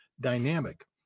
dynamic